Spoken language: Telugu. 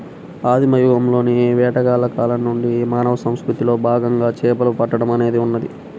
ఆదిమ యుగంలోని వేటగాళ్ల కాలం నుండి మానవ సంస్కృతిలో భాగంగా చేపలు పట్టడం అనేది ఉన్నది